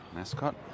Mascot